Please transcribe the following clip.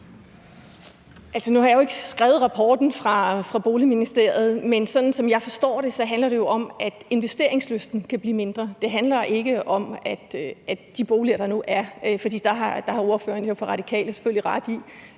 Nu har jeg jo ikke skrevet rapporten fra Boligministeriet, men sådan som jeg forstår det, handler det jo om, at investeringslysten kan blive mindre. Det handler ikke om de boliger, der nu er, for der har ordføreren fra Radikale selvfølgelig ret i,